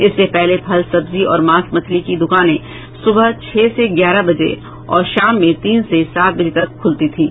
इससे पहले फल सब्जी और मांस मछली की द्वकानें सुबह छह से ग्यारह बजे तथा शाम में तीन से सात बजे तक खुलती थीं